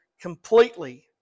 completely